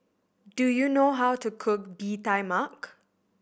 do you know how to cook Bee Tai Mak